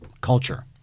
culture